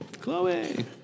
Chloe